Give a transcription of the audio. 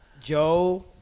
Joe